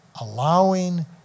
allowing